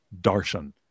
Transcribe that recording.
darshan